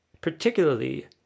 particularly